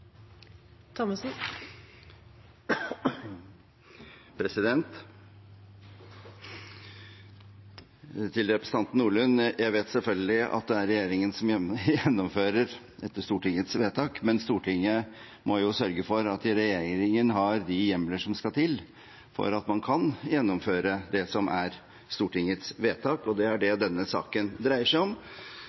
gjennomfører, etter Stortingets vedtak, men Stortinget må jo sørge for at regjeringen har de hjemler som skal til for at man kan gjennomføre det som er Stortingets vedtak, og det er det denne saken dreier seg om.